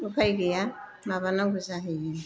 उफाय गैया माबानांगौ जाहैयो